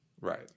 Right